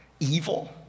evil